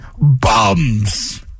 bums